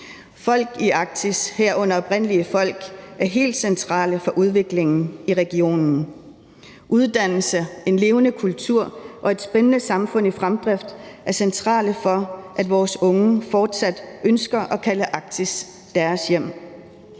Folk i Arktis, herunder oprindelige folk, er helt centrale for udviklingen i regionen. Uddannelse, en levende kultur og et spændende samfund i fremdrift er centralt for, at vores unge fortsat ønsker at kalde Arktis deres hjem.